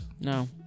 No